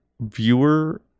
viewer